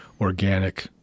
organic